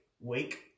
wake